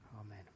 Amen